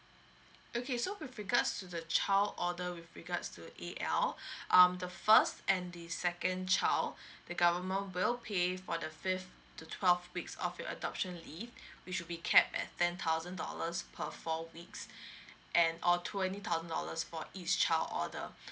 okay so with regards to the child order with regards to A_L um the first and the second child the government will pay for the fifth to twelve weeks of your adoption leave which will be capped at ten thousand dollars per four weeks and or twenty thousand dollars for each child order